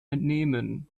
entnehmen